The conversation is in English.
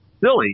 silly